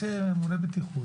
יש ממונה בטיחות,